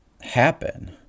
happen